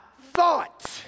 thought